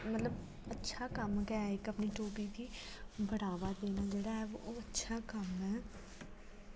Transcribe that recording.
मतलब इक अच्छा कम्म गे ऐ इक अपनी डोगरी दी बड़ाबा देना जेह्ड़ा ओह् अच्छा कम्म ऐ